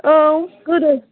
औ गोदो